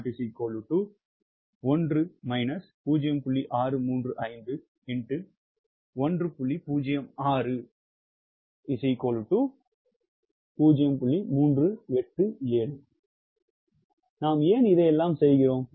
நாம் ஏன் இதையெல்லாம் செய்கிறோம்